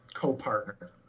co-partner